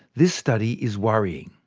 this study is worrying.